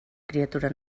criatura